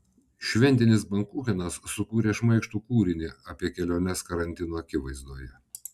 šventinis bankuchenas sukūrė šmaikštų kūrinį apie keliones karantino akivaizdoje